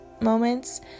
moments